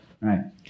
Right